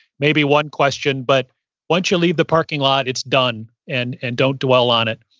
maybe one question, but once you leave the parking lot it's done and and don't dwell on it.